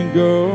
go